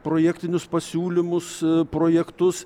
projektinius pasiūlymus projektus